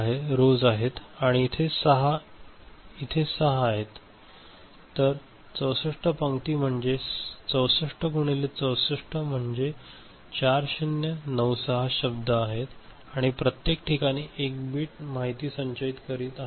आणि 6 इथे आहेत तर 64 पंक्ती म्हणजे 64 गुणिले 64 म्हणजे 4096 शब्द आहेत आणि प्रत्येक ठिकाणी आपण 1 बिट माहिती संचयित करत आहोत